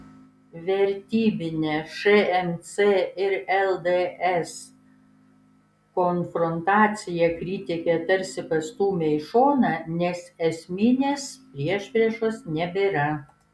vertybinę šmc ir lds konfrontaciją kritikė tarsi pastūmė į šoną nes esminės priešpriešos nebėra